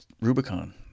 rubicon